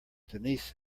denise